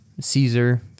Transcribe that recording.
Caesar